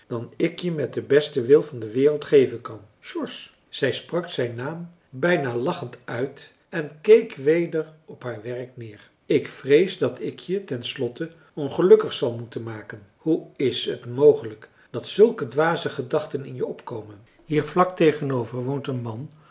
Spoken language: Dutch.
dan ik je met den besten wil der wereld geven kan marcellus emants een drietal novellen george zij sprak zijn naam bijna lachend uit en keek weder op haar werk neer ik vrees dat ik je ten slotte ongelukkig zal moeten maken hoe is t mogelijk dat zulke dwaze gedachten in je opkomen hier vlak tegenover woont een man